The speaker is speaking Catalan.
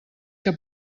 que